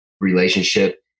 relationship